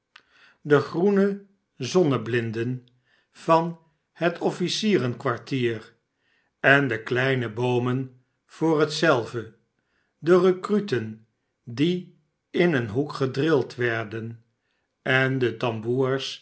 de groene zonneblinden van het officierenkwartier en de kleine boomen voor hetzelve de recruten die in een hoek gedrild werden en de tamboers